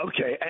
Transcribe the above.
Okay